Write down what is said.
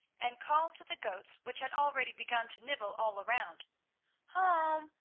and called to the goats which had already begun to nibble all around home!